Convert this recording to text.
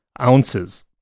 ounces